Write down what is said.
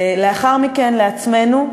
לאחר מכן לעצמנו,